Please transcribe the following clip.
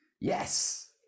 yes